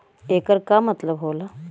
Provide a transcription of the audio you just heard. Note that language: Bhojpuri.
येकर का मतलब होला?